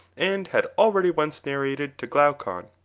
and had already once narrated to glaucon.